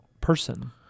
person